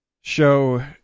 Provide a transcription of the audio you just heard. show